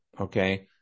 okay